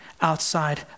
outside